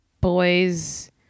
boys